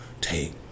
take